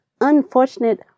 unfortunate